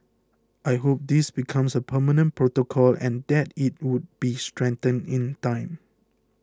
I hope this becomes a permanent protocol and that it would be strengthened in time